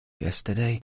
yesterday